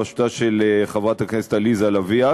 בראשותה של חברת הכנסת עליזה לביא,